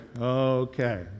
okay